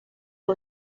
who